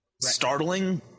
startling